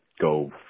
go